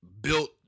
built